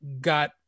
got